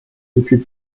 depuis